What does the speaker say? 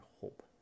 hope